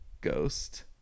ghost